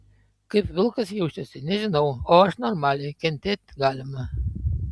kaip vilkas jaučiasi nežinau o aš normaliai kentėt galima